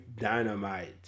Dynamite